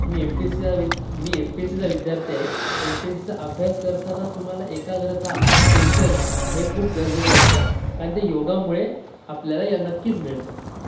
मी M P S सीचा वि मी एम पी एस सीचा विद्यार्थी आहे एम पी एस सीचा अभ्यास करताना तुम्हाला एकाग्रता पेशन्स हे खूप गरजेचं असतं आणि ते योगामुळे आपल्याला नक्कीच मिळतं